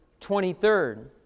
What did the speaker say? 23rd